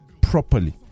properly